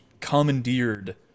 commandeered